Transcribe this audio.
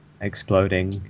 exploding